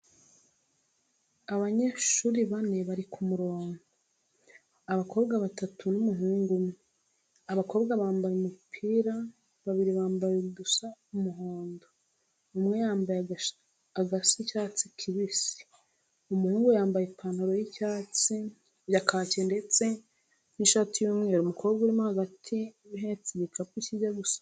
Abanyeshuri bane bari ku murongo; abakobwa batatu n'umuhungu umwe. Abakobwa bambaye udupira, babiri bambaye udusa umuhondo, umwe yambaye agasa icyatsi kibisi, umuhungu yambaye ipantaro ya kaki ndetse n'ishati y'umweru. Umukobwa urimo hagati ahetse igikapu kijya gusa kaki.